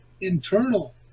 internal